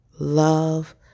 Love